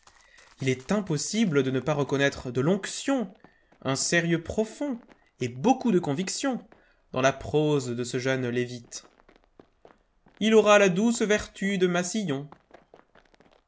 il est impossible de ne pas reconnaître de l'onction un sérieux profond et beaucoup de conviction dans la prose de ce jeune lévite il aura la doute vertu de massillon